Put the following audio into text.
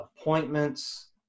appointments